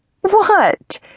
What